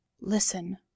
listen